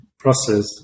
process